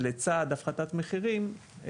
לצעד הפחתת המחירים,